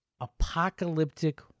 apocalyptic